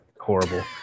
horrible